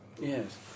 yes